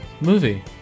Movie